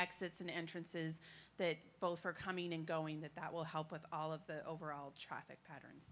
exits and entrances that both for coming and going that that will help with all of the overall chopping pattern